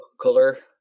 color